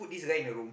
this guy in the room